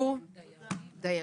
בוודאי.